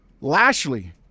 Lashley